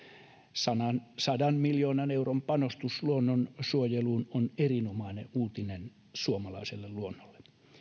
sadan miljoonan euron panostus luonnonsuojeluun on erinomainen uutinen suomalaiselle luonnolle